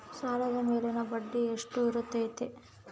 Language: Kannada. ಸಾಲದ ಮೇಲಿನ ಬಡ್ಡಿ ಎಷ್ಟು ಇರ್ತೈತೆ?